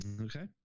Okay